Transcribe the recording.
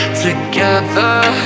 together